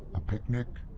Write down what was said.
a picnic?